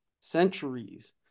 centuries